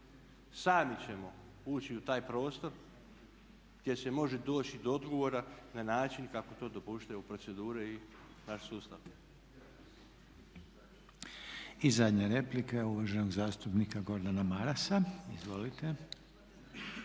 Sami ćemo ući u taj prostor gdje se može doći do odgovora na način kako to dopuštaju procedure i naš sustav. **Reiner, Željko (HDZ)** I zadnja replika uvaženog zastupnika Gordana Marasa. Izvolite.